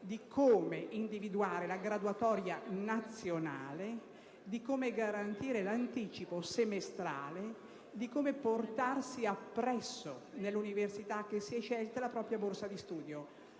per individuare la graduatoria nazionale, per garantire l'anticipo semestrale, per portarsi appresso nell'università che si è scelta la propria borsa di studio.